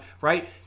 right